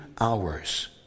hours